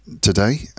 today